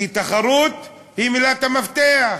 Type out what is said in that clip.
כי תחרות היא מילת המפתח.